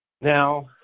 Now